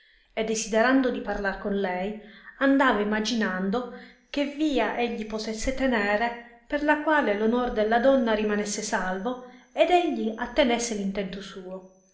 e desiderando di parlar con lei andava imaginando che via egli potesse tenere per la quale onor della donna rimanesse salvo ed egli attenesse l intento suo